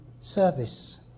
service